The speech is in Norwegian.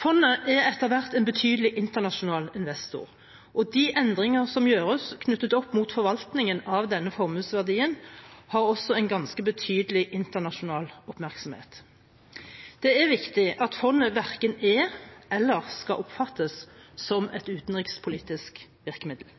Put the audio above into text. Fondet er etter hvert en betydelig internasjonal investor, og de endringer som gjøres knyttet opp mot forvaltningen av denne formuesverdien, har også en ganske betydelig internasjonal oppmerksomhet. Det er viktig at fondet verken er eller skal oppfattes som et utenrikspolitisk virkemiddel.